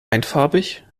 einfarbig